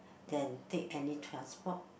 than take any transport